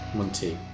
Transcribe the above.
Monty